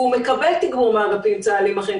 והוא מקבל תגבור מאגפים צה"ליים אחרים.